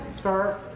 Sir